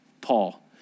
Paul